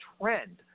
trend